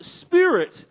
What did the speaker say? Spirit